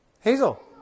Hazel